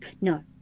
no